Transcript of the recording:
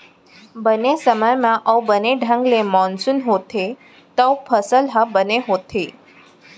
बने समे म अउ बने ढंग ले मानसून होथे तव फसल ह बने होथे